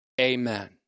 Amen